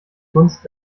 kunst